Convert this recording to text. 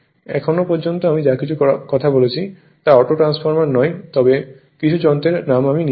এখনও পর্যন্ত আমি যা কিছুর কথা বলেছি তা অটো ট্রান্সফরমার নয় তবে কিছু যন্ত্রের নাম আমি নিয়েছি